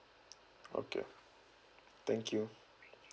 okay thank you